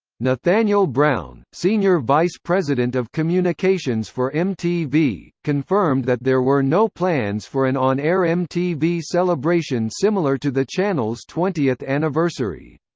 nathaniel brown, senior vice president of communications for mtv, confirmed that there were no plans for an on-air mtv celebration similar to the channel's twentieth anniversary.